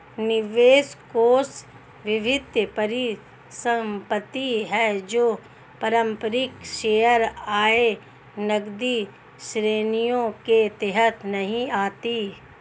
निवेश कोष वित्तीय परिसंपत्ति है जो पारंपरिक शेयर, आय, नकदी श्रेणियों के तहत नहीं आती